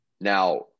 Now